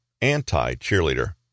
anti-cheerleader